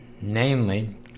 namely